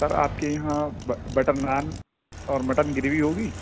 سر آپ کے یہاں بٹ بٹر نان اور مٹن گروی ہوگی